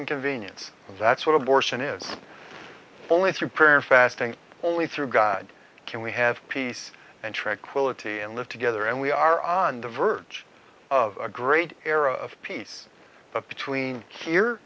and convenience that's what abortion is only through prayer and fasting only through god can we have peace and tranquility and live together and we are on the verge of a great era of peace between here